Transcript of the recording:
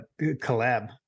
collab